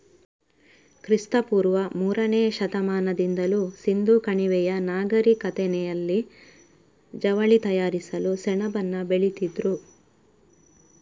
ಕ್ರಿಸ್ತ ಪೂರ್ವ ಮೂರನೇ ಶತಮಾನದಿಂದಲೂ ಸಿಂಧೂ ಕಣಿವೆಯ ನಾಗರಿಕತೆನಲ್ಲಿ ಜವಳಿ ತಯಾರಿಸಲು ಸೆಣಬನ್ನ ಬೆಳೀತಿದ್ರು